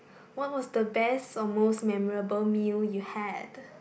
what was the best or most memorable meal you had